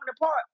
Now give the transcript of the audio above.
apart